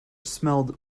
smelled